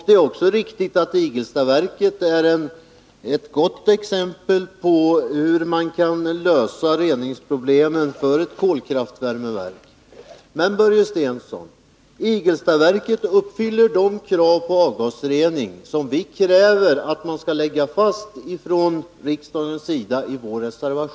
Det är också riktigt att Igelstaverket är ett gott exempel på hur man kan lösa reningsproblemen för ett kolkraftvärmeverk. Men, Börje Stensson, Igelstaverket uppfyller de krav på avgasrening som vi i vår reservation kräver att man skall lägga fast från riksdagens sida.